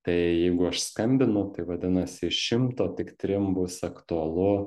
tai jeigu aš skambinu tai vadinasi iš šimto tik trim bus aktualu